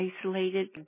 isolated